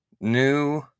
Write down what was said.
new